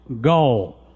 goal